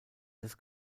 des